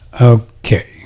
Okay